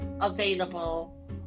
available